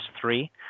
three